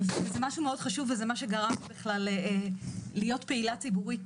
וזה משהו מאוד חשוב וזה משהו שגרם לי בכלל להיות פעילה ציבורית,